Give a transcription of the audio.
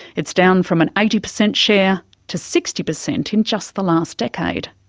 it's down from an eighty per cent share to sixty per cent in just the last decade.